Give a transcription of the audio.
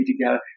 together